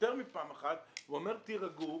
מפעם אחת ואומר תירגעו,